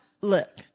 look